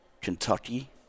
Kentucky